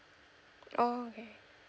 oh okay